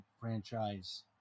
franchise